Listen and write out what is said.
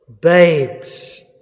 babes